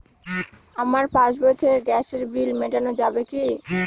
আমার পাসবই থেকে গ্যাসের বিল মেটানো যাবে কি?